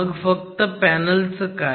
मग फक्त पॅनल चं काय